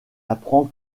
apprend